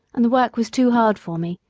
and the work was too hard for me,